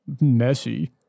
messy